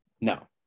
no